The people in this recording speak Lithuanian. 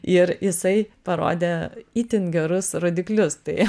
ir jisai parodė itin gerus rodiklius tai